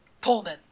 Pullman